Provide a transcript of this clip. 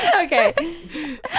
Okay